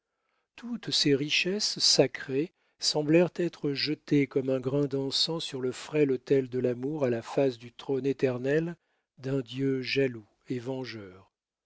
toutes ces richesses sacrées semblèrent être jetées comme un grain d'encens sur le frêle autel de l'amour à la face du trône éternel d'un dieu jaloux et vengeur